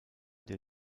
der